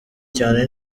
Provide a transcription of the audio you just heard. cyane